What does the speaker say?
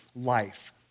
life